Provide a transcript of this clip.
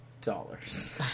dollars